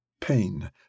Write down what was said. Pain